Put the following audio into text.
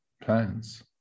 plans